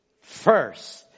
first